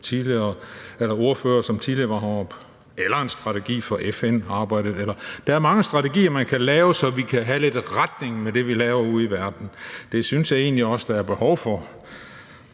jeg enig med DF's ordfører, som tidligere var heroppe. Eller en strategi for FN-arbejdet. Der er mange strategier, man kan lave, så vi kan have lidt retning for det, vi laver ude i verden. Det synes jeg egentlig også der er behov for.